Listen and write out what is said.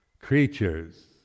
Creatures